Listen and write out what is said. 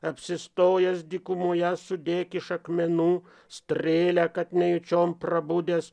apsistojęs dykumoje sudėk iš akmenų strėlę kad nejučiom prabudęs